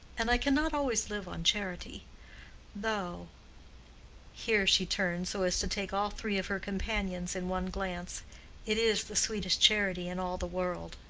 and i can not always live on charity though here she turned so as to take all three of her companions in one glance it is the sweetest charity in all the world.